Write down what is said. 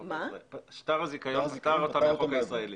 שטר הזיכיון פטר אותה מהחוק הישראלי.